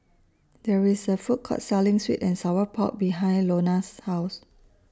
There IS A Food Court Selling Sweet and Sour Pork behind Lonna's House